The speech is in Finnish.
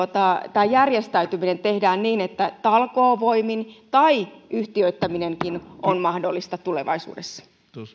tämä järjestäytyminen tehdään niin että tehdään talkoovoimin tai yhtiöittäminenkin on mahdollista tulevaisuudessa